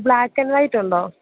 black and white ഉണ്ടോ